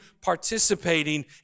participating